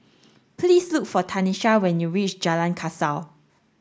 please look for Tanisha when you reach Jalan Kasau